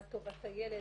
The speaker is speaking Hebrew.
מה טובת הילד.